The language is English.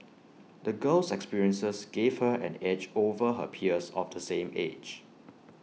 the girl's experiences gave her an edge over her peers of the same age